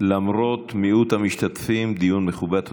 למרות מיעוט המשתתפים, דיון מכובד.